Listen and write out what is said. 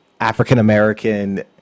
african-american